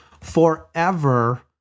forever